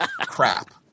crap